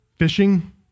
Fishing